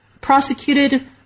prosecuted